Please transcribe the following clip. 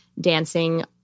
dancing